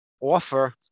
offer